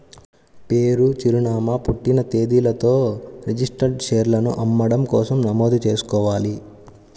పేరు, చిరునామా, పుట్టిన తేదీలతో రిజిస్టర్డ్ షేర్లను అమ్మడం కోసం నమోదు చేసుకోవాలి